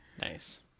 Nice